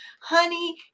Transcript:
honey